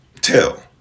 tell